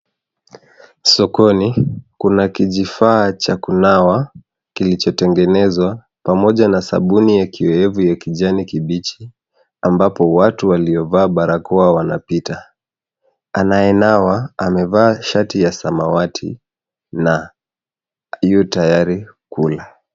Sokoni kuna kijifaa cha kunawa kilichotengenezwa pamoja na sabuni ya kiowevu ya kijani kibichi ambapo watu waliovaa barakoa wanapita. Anaye nawa amevaa shati ya samawati na yu tayari kula.